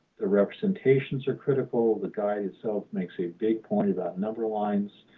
the representations are critical. the guide itself makes a big point about number lines,